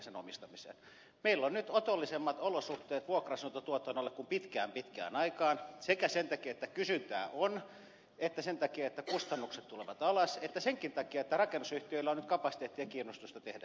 meillä on nyt otollisemmat olosuhteet vuokra asuntotuotannolle kuin pitkään pitkään aikaan sekä sen takia että kysyntää on että sen takia että kustannukset tulevat alas ja senkin takia että rakennusyhtiöillä on nyt kapasiteettia ja kiinnostusta siihen